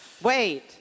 Wait